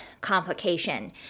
complication